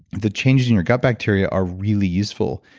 the changes in your gut bacteria are really useful.